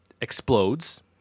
explodes